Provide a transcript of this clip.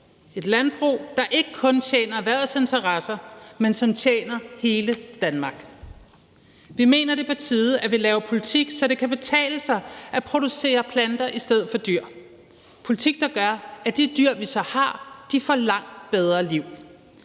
et landbrug, som ikke kun tjener erhvervets interesser, men som tjener hele Danmark. Vi mener, at det er på tide, at vi laver politik, så det kan betale sig at producere planter i stedet for dyr – en politik, der gør, at de dyr, vi så har, får langt bedre liv,